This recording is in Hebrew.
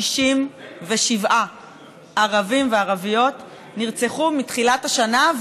67 ערבים וערביות נרצחו מתחילת השנה,